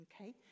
Okay